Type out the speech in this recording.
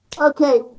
okay